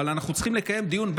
אבל אנחנו צריכים לקיים דיון,